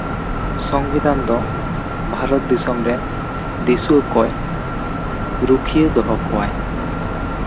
ᱥᱚᱝᱵᱤᱫᱷᱟᱱ ᱫᱚ ᱵᱷᱟᱨᱚᱛ ᱫᱤᱥᱚᱢ ᱨᱮᱱ ᱫᱤᱥᱩᱣᱟᱹ ᱠᱚᱭ ᱨᱩᱠᱷᱤᱭᱟᱹ ᱫᱚᱦᱚ ᱠᱚᱣᱟᱭ